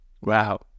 Wow